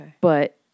but-